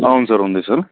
ఆ ఉంది సార్ ఉంది సార్